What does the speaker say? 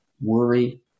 worry